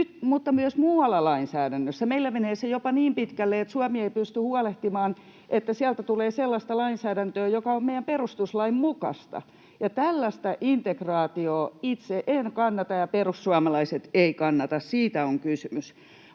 myös muualla lainsäädännössä. Meillä menee se jopa niin pitkälle, että Suomi ei pysty huolehtimaan, että sieltä tulee sellaista lainsäädäntöä, joka on meidän perustuslakimme mukaista, ja tällaista integraatiota itse en kannata ja perussuomalaiset eivät kannata. Siitä on kysymys.